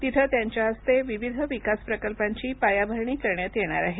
तिथं त्यांच्या हस्ते विविध विकास प्रकल्पांची पायभरणी करण्यात येणार आहे